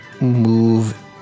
move